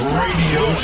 radio